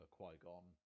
Qui-Gon